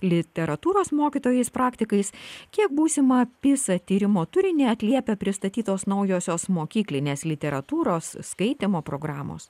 literatūros mokytojais praktikais kiek būsimą pisa tyrimo turinį atliepia pristatytos naujosios mokyklinės literatūros skaitymo programos